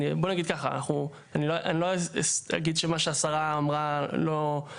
בוא נגיד ככה: אני לא אגיד שמה שהשרה לא מוסכם,